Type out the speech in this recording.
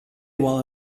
while